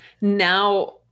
now